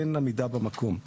אין עמידה במקום.